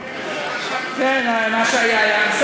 כן, מה שהיה, היה.